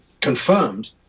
confirmed